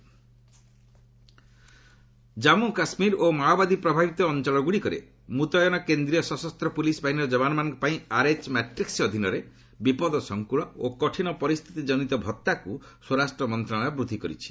home CRPF Jammu Kashmir ଓ ମାଓବାଦୀ ପ୍ରଭାବିତ ଅଞ୍ଚଳଗୁଡ଼ିକରେ ମୁତୟନ କେନ୍ଦ୍ରୀୟ ସଶସ୍ତ ପୁଲିସ୍ ବାହିନୀର ଯବାନମାନଙ୍କ ପାଇଁ ଆର୍ଏଚ୍ ମାଟ୍ରିକ୍ ଅଧୀନରେ ବିପଦସଂକୁଳ ଓ କଠିନ ପରିସ୍ଥିତି କନିତ ଭତ୍ତାକୁ ସ୍ୱରାଷ୍ଟ୍ର ମନ୍ତ୍ରଣାଳୟ ବୃଦ୍ଧି କରିଛି